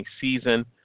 season